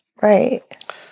Right